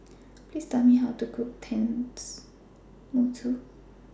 Please Tell Me How to Cook Tenmusu